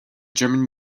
german